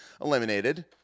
eliminated